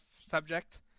subject